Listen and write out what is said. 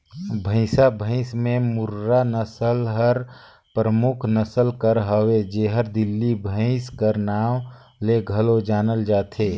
भंइसा भंइस में मुर्रा नसल हर परमुख नसल कर हवे जेहर दिल्ली भंइस कर नांव ले घलो जानल जाथे